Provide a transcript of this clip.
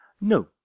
No